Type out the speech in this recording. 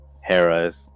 Hera's